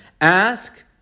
ask